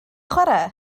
chwarae